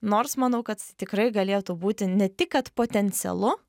nors manau kad tikrai galėtų būti ne tik kad potencialu